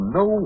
no